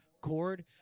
cord